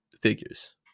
figures